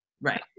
Right